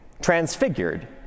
transfigured